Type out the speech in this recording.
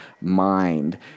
mind